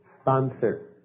sponsor